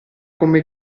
come